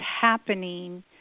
happening